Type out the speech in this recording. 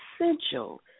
essential